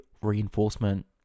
reinforcement